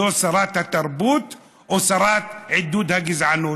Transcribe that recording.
זו שרת התרבות או שרת עידוד הגזענות?